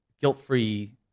guilt-free